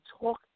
talk